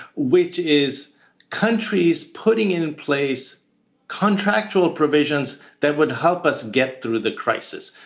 which is countries putting in place contractual provisions that would help us get through the crisis.